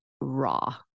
raw